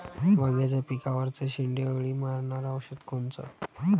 वांग्याच्या पिकावरचं शेंडे अळी मारनारं औषध कोनचं?